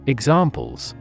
Examples